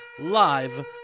live